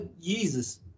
Jesus